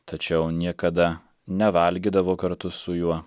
tačiau niekada nevalgydavo kartu su juo